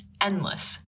endless